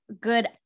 good